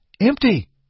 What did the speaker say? empty